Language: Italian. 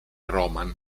roman